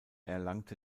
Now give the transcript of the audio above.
erlangte